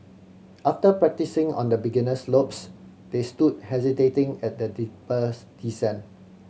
after practising on the beginner slopes they stood hesitating at a steeper's descent